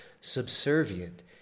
subservient